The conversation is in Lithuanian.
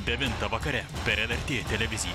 devintą vakare per lrt televiziją